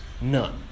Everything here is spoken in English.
None